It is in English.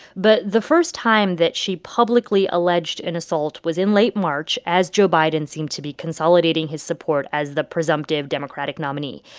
but the first time that she publicly alleged an assault was in late march, as joe biden seemed to be consolidating his support as the presumptive democratic nominee.